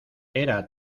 era